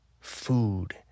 food